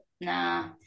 Nah